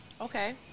Okay